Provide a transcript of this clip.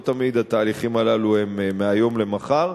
לא תמיד התהליכים הללו הם מהיום למחר,